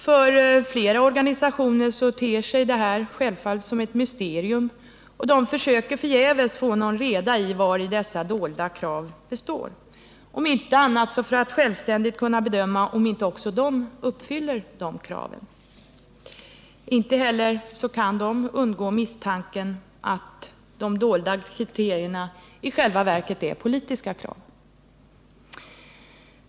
För flera organisationer ter sig detta självfallet som ett mysterium, och de försöker förgäves få någon reda i vari dessa dolda krav består — om inte för annat så för att kunna självständigt bedöma om de inte uppfyller också dem. De kan inte undgå misstanken att dessa dolda kriterier i själva verket är politiska krav.